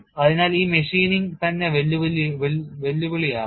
അതിനാൽ ഈ മെഷീനിംഗ് തന്നെ വെല്ലുവിളിയാകും